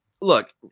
look